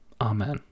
Amen